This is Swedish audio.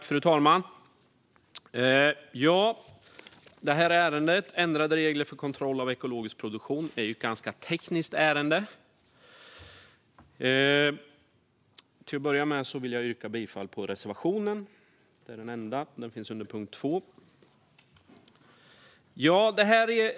Fru talman! Det här ärendet, som handlar om betänkandet Ändrade regler för kontroll av ekologisk produktion , är ganska tekniskt. Till att börja med vill jag yrka bifall till reservationen - det är den enda - under punkt 2.